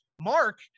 Mark